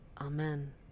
amen